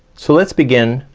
so let's begin,